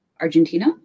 Argentina